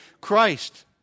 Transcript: Christ